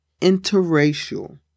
interracial